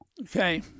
Okay